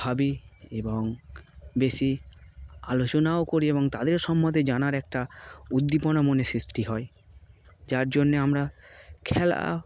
ভাবি এবং বেশি আলোচনাও করি এবং তাদের সম্বন্ধে জানার একটা উদ্দীপনা মনে সৃষ্টি হয় যার জন্যে আমরা খেলা